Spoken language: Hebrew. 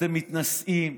אתם מתנשאים.